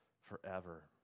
forever